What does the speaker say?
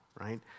right